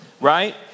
right